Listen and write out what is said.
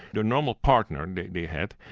the normal partner and they had.